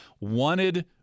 wanted